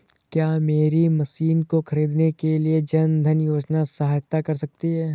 क्या मेरी मशीन को ख़रीदने के लिए जन धन योजना सहायता कर सकती है?